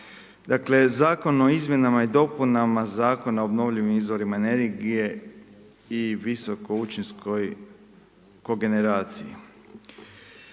Dakle, Zakon o izmjenama i dopunama Zakona o obnovljiva izvorima energije i visokoučinkovitoj kogeneraciji.